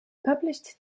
published